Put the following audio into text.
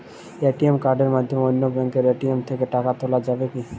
ATM কার্ডের মাধ্যমে অন্য ব্যাঙ্কের এ.টি.এম থেকে টাকা তোলা যাবে কি?